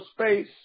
space